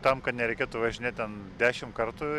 tam kad nereikėtų važinėt ten dešim kartų